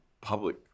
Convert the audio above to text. public